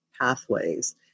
pathways